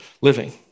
living